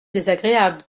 désagréable